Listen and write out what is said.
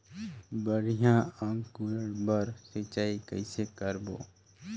बढ़िया अंकुरण बर सिंचाई कइसे करबो?